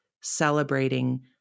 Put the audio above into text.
celebrating